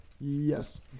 Yes